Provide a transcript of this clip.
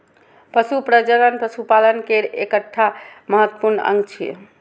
पशु प्रजनन पशुपालन केर एकटा महत्वपूर्ण अंग छियै